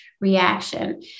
reaction